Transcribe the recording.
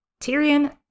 Tyrion